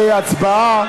זה מה שהיא אומרת.